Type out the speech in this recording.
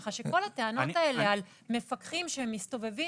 כל הטענות האלה על מפקחים שמסתובבים